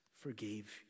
forgave